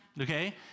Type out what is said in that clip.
okay